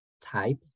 type